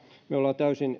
me olemme täysin